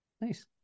Nice